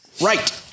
right